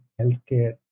healthcare